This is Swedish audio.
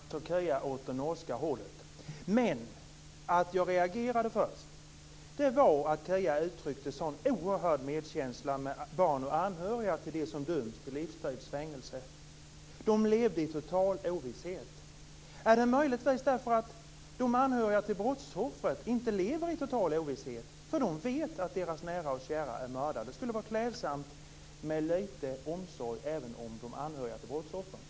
Fru talman! Jag tackar för detta resonemang. Då lutar alltså Kia Andreasson åt det norska hållet. Att jag reagerade först berodde på att Kia Andreasson uttryckte en sådan oerhörd medkänsla med barn och anhöriga till dem som döms till livstids fängelse. De levde i total ovisshet. Är det möjligtvis så att anhöriga till brottsoffret inte lever i total ovisshet, eftersom de vet att deras nära och kära är mördade? Det skulle vara klädsamt med lite omsorg även om de anhöriga till brottsoffren.